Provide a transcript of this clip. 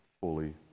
fully